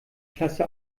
klasse